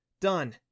Done